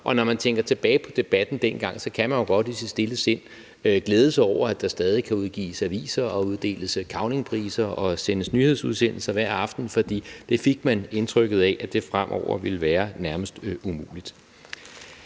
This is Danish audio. Og når man tænker tilbage på debatten dengang, kan man jo godt i sit stille sind glæde sig over, at der stadig kan udgives aviser og uddeles Cavlingpriser og sendes nyhedsudsendelser hver aften, for man fik indtrykket af, at det fremover ville være nærmest umuligt.